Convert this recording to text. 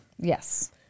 Yes